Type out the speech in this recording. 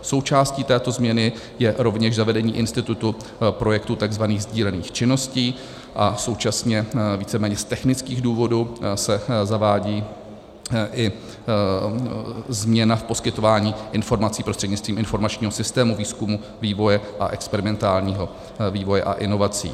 Součástí této změny je rovněž zavedení institutu projektu tzv. sdílených činností a současně víceméně z technických důvodů se zavádí i změna v poskytování informací prostřednictvím informačního systému výzkumu, vývoje a experimentálního vývoje a inovací.